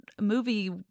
movie